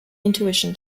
intuition